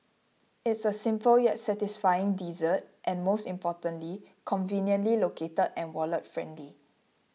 it's a simple yet satisfying dessert and most importantly conveniently located and wallet friendly